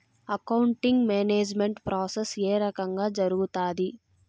accounting management process ఏ రకంగా జరుగుతాది